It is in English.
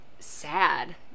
Sad